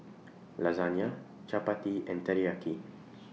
Lasagne Chapati and Teriyaki